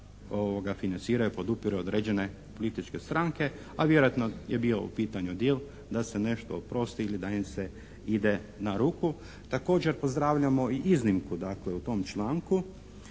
da financiraju, podupiru određene političke stranke, a vjerojatno je bio u pitanju «deal» da se nešto oprosti ili da im se ide na ruku. Također pozdravljamo i iznimku dakle u tom članku